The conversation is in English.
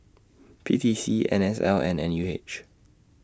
P T C N S L and N U H